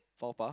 faux pas